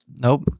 Nope